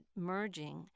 merging